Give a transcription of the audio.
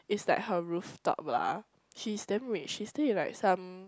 it's like her rooftop lah she's damn rich she stay in like some